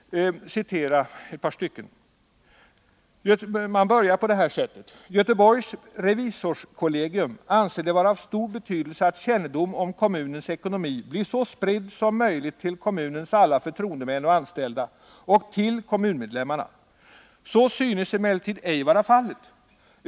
Man börjar så här: ”Göteborgs revisorskollegium anser det vara av stor betydelse, att kännedomen om kommunens ekonomi blir så spridd som möjligt till kommunens alla förtroendemän och anställda och till kommunmedlemmarna. Så synes emellertid ej vara fallet.